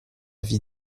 vie